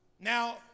Now